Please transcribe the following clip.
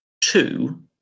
two